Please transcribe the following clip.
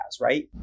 right